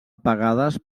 pagades